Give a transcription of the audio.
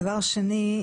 דבר שני,